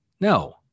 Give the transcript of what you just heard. No